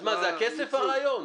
אז מה, הכסף הרעיון?